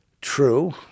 true